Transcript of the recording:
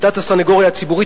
עמדת הסניגוריה הציבורית,